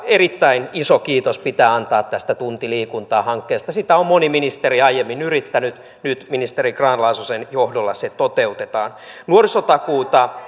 erittäin iso kiitos pitää antaa tästä tunti liikuntaa hankkeesta sitä on moni ministeri aiemmin yrittänyt nyt ministeri grahn laasosen johdolla se toteutetaan nuorisotakuuta